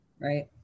Right